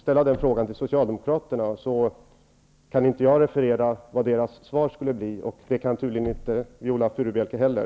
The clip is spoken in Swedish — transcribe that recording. kan jag inte referera vilket svar socialdemokraterna skulle lämna, och det kan tydligen inte Viola Furubjelke heller.